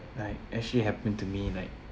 like actually happened to me like